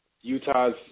Utah's